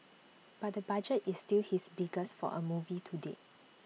but the budget is still his biggest for A movie to date